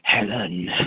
helen